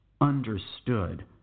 understood